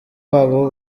wabo